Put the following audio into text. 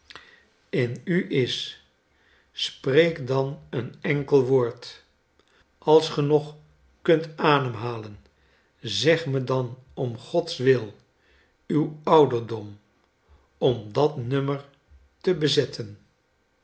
in u is spreek dan een enkel woordl als ge nog kunt ademhalen zegme dan om gods wil uw ouderdom om dat nummer te bezetten